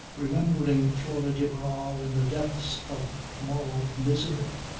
remembering flora de barral in the depths of moral misery,